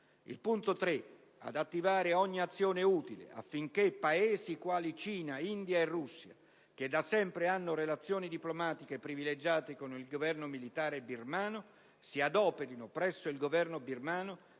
ad attivare ogni azione utile affinché Paesi, quali Cina, India e Russia - che da sempre hanno relazioni diplomatiche privilegiate con il Governo militare birmano - si adoperino presso il Governo Birmano